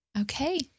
okay